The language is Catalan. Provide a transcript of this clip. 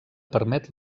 permet